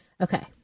Okay